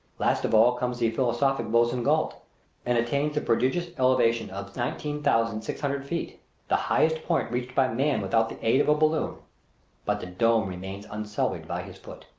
last of all comes the philosophic boussingault, and attains the prodigious elevation of nineteen thousand six hundred feet the highest point reached by man without the aid of a balloon but the dome remains unsullied by his foot.